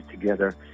together